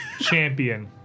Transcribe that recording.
champion